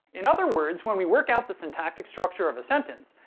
in other words, when we work out the syntactic structure of a sentence,